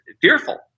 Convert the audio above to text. fearful